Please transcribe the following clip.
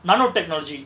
nano technology